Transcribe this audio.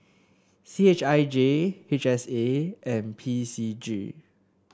C H I J H S A and P C G